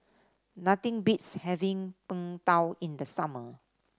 nothing beats having Png Tao in the summer